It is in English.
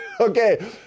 Okay